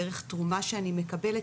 דרך תרומה שאני מקבלת,